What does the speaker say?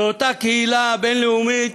זו אותה קהילה בין-לאומית